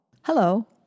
hello